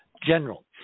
general